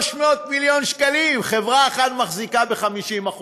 300 מיליון שקלים, חברה אחת מחזיקה ב-50%,